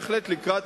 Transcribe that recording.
לקראת